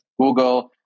Google